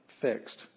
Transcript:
fixed